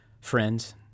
Friends